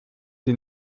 sie